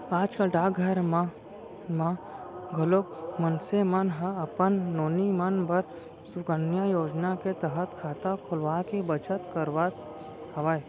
आज कल डाकघर मन म घलोक मनसे मन ह अपन नोनी मन बर सुकन्या योजना के तहत खाता खोलवाके बचत करत हवय